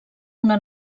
una